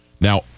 Now